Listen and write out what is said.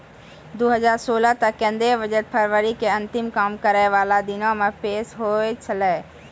दु हजार सोलह तक केंद्रीय बजट फरवरी के अंतिम काम करै बाला दिनो मे पेश होय छलै